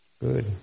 Good